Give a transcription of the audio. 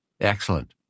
Excellent